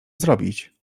zrobić